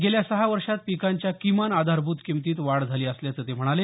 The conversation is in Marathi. गेल्या सहा वर्षात पिकांच्या किमान आधारभूत किंमतीत वाढ झाली असल्याचं ते म्हणाले